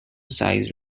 size